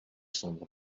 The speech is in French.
sombre